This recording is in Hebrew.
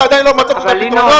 אתה עדיין לא מצאת את הפתרון?